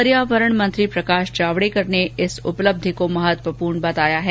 पर्यावरण मंत्री प्रकाश जावडेकर ने इस उपलब्धि को महत्वपूर्ण बताया है